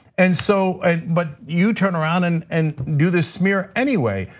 and so and but you turn around and and do this smear anyway.